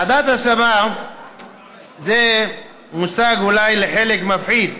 ועדת השמה זה מושג שלחלק הוא אולי מפחיד.